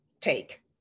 take